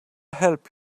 help